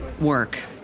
work